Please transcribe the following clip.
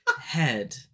head